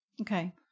Okay